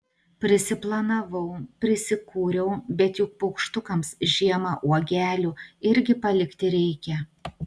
prisiplanavau prisikūriau bet juk paukštukams žiemą uogelių irgi palikti reikia